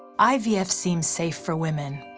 ivf seems safe for women.